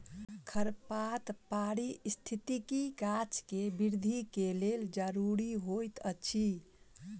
खरपात पारिस्थितिकी गाछ के वृद्धि के लेल ज़रूरी होइत अछि